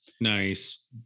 nice